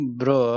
bro